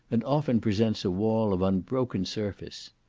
and often presents a wall of unbroken surface.